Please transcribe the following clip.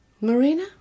Marina